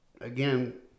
Again